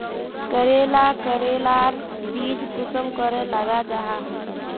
करेला करेलार बीज कुंसम करे लगा जाहा?